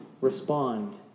respond